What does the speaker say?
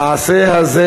המעשה הזה